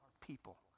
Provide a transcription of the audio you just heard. people